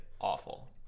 Awful